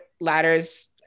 ladders